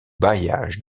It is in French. bailliage